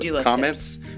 comments